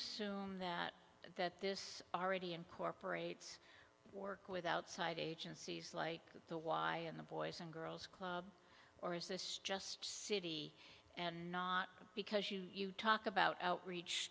assume that that this already incorporates work with outside agencies like the y and the boys and girls club or is this just city and not because you talk about outreach